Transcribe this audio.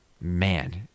man